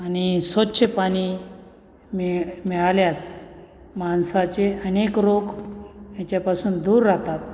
आणि स्वच्छ पाणी मि मिळाल्यास माणसाचे अनेक रोग याच्यापासून दूर राहतात